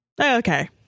okay